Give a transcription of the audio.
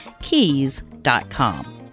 keys.com